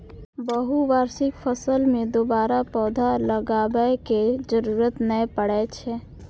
बहुवार्षिक फसल मे दोबारा पौधा लगाबै के जरूरत नै पड़ै छै